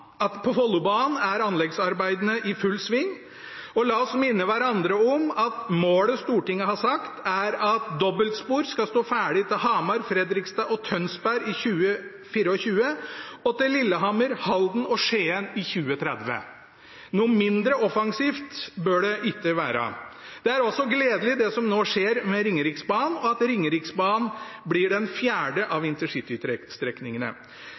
er anleggsarbeidene i full sving. Og la oss minne hverandre om at målet Stortinget har satt, er at dobbeltspor skal stå ferdig til Hamar, Fredrikstad og Tønsberg i 2024, og til Lillehammer, Halden og Skien i 2030. Noe mindre offensivt bør det ikke være. Det er også gledelig det som nå skjer med Ringeriksbanen, og at Ringeriksbanen blir den fjerde av